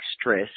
stress